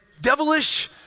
devilish